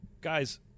Guys